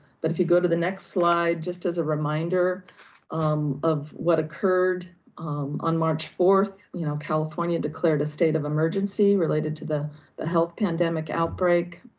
but if you go to the next slide, just as a reminder um of what occurred on march fourth, you know, california declared a state of emergency related to the the health pandemic outbreak.